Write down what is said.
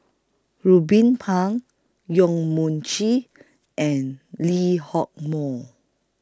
Ruben Pang Yong Mun Chee and Lee Hock Moh